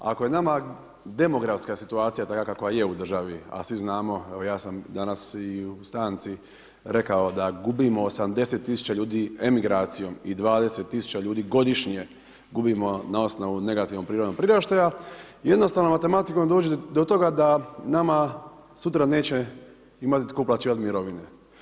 Ako je nama demografska situacija takva kakva je u državi, a svi znamo, evo ja sam danas i u stanci rekao da gubimo 80 tisuća ljudi emigracijom i 20 tisuća ljudi godišnje gubimo na osnovu negativnog prirodnog priraštaja, jednostavnom matematikom dođete do toga da nama sutra neće imati tko uplaćivati mirovine.